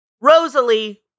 Rosalie